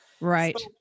Right